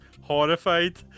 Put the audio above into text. horrified